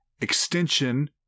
extension